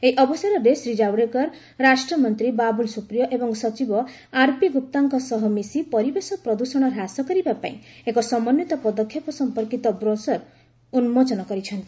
ଏହି ଅବସରରେ ଶ୍ରୀ ଜାଭଡେକର ରାଷ୍ଟ୍ର ମନ୍ତ୍ରୀ ବାବୁଲ୍ ସୁପ୍ରିଓ ଏବଂ ସଚିବ ଆର୍ପି ଗୁପ୍ତାଙ୍କ ସହ ମିଶି ପରିବେଶ ପ୍ରଦୂଷଣ ହ୍ରାସ କରିବା ପାଇଁ ଏକ ସମନ୍ଧିତ ପଦକ୍ଷେପ ସମ୍ପର୍କୀତ ବ୍ରୋସର ଉନ୍କୋଚନ କରିଛନ୍ତି